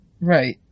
Right